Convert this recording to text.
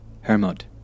Hermod